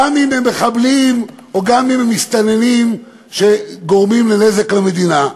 גם אם הם מחבלים או גם אם הם מסתננים שגורמים נזק למדינה?